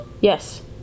yes